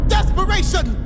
Desperation